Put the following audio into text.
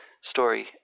story